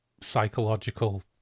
psychological